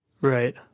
right